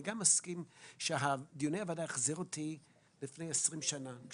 אני גם מסכים שדיוני הוועדה החזירו אותי 20 שנה אחורה,